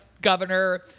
governor